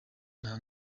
nta